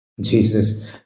Jesus